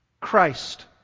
Christ